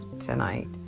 tonight